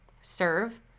serve